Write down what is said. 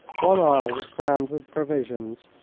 one aisle was crammed with provisions,